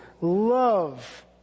love